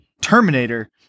Terminator